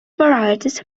varieties